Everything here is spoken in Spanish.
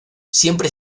siempre